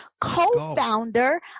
co-founder